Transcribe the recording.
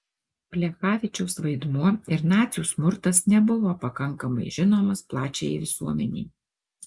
plechavičiaus vaidmuo ir nacių smurtas nebuvo pakankamai žinomas plačiajai visuomenei